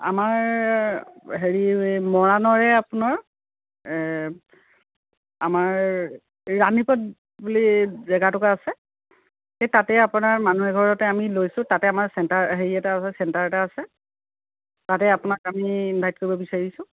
আমাৰ হেৰি মৰাণৰে আপোনাৰ আমাৰ ৰাণীপথ বুলি জেগা এটুকুৰা আছে সেই তাতে আপোনাৰ মানুহে এঘৰতে আমি লৈছোঁ তাতে আমাৰ চেণ্টাৰ হেৰি এটা আছে চেণ্টাৰ এটা আছে তাতে আপোনাক আমি ইনভাইট কৰিব বিচাৰিছোঁ